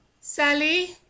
Sally